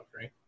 right